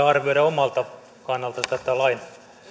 arvioida omalta kannaltani tätä